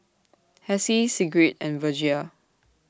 Hessie Sigrid and Virgia